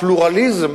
הפלורליזם